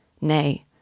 Nay